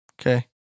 Okay